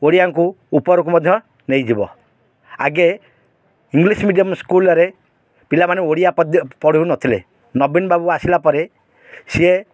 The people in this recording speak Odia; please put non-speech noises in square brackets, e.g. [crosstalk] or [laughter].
ଓଡ଼ିଆଙ୍କୁ ଉପରକୁ ମଧ୍ୟ ନେଇଯିବ ଆଗେ ଇଂଲିଶ୍ ମିଡ଼ିୟମ୍ ସ୍କୁଲ୍ରେ ପିଲାମାନେ ଓଡ଼ିଆ [unintelligible] ପଢ଼ୁନଥିଲେ ନବୀନ ବାବୁ ଆସିଲା ପରେ ସିଏ